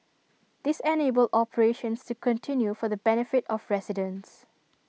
this enabled operations to continue for the benefit of residents